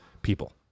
people